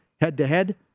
Head-to-head